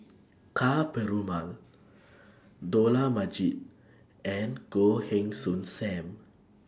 Ka Perumal Dollah Majid and Goh Heng Soon SAM